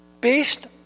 based